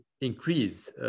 increase